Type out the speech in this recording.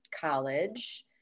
college